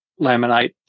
laminate